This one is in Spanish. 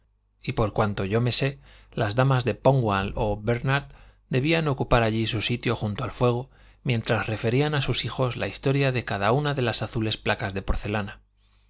y por cuanto yo me sé las damas de pównall o bérnard debían ocupar allí su sitio junto al fuego mientras referían a sus hijos la historia de cada una de las azules placas de porcelana